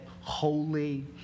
holy